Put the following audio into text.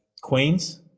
Queens